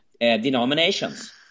denominations